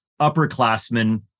upperclassmen